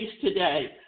today